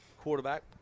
quarterback